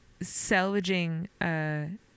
salvaging